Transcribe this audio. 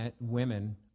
women